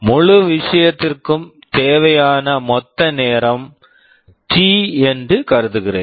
முழு விஷயத்திற்கும் தேவையான மொத்த நேரம் டி T என்று கருதுகிறேன்